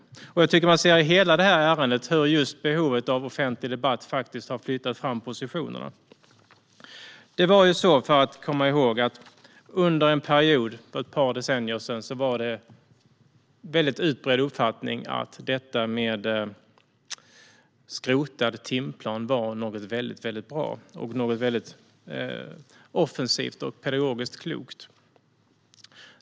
Jag tycker att man i hela detta ärende ser hur behovet av offentlig debatt har flyttat fram positionerna. Under en period för ett par decennier sedan fanns en utbredd uppfattning att skrotad timplan var något väldigt bra, offensivt och pedagogiskt klokt.